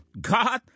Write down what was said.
God